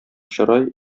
чырай